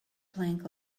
plank